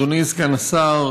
אדוני סגן השר,